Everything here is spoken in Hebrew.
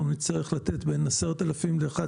אנחנו נצטרך לתת בין 10,000-11,000,